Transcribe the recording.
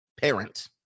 parent